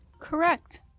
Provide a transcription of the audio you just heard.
Correct